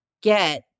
get